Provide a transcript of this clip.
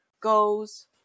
goes